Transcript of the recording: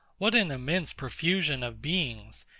what an immense profusion of beings,